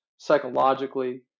Psychologically